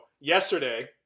yesterday